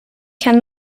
can